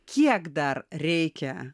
kiek dar reikia